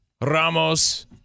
Ramos